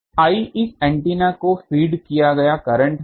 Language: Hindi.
I इस एंटीना को फीड किया गया करंट हैं